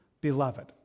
Beloved